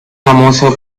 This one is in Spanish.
famoso